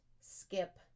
skip